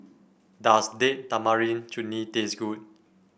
does Date Tamarind Chutney taste good